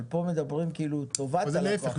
אבל פה מדברים כאילו לטובת הלקוח,